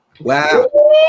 Wow